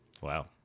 Wow